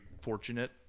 fortunate